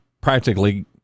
practically